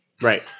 right